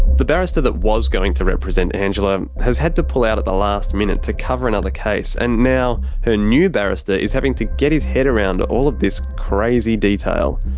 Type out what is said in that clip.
the barrister that was going to represent angela has had to pull out at the last minute to cover another case, and now, her new barrister is having to get his head around all of this crazy detail.